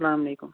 اسلامُ علیکُم